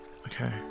Okay